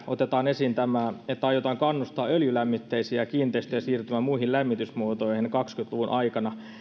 otetaan esiin että aiotaan kannustaa öljylämmitteisiä kiinteistöjä siirtymään muihin lämmitysmuotoihin kaksikymmentä luvun aikana